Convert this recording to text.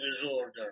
disorder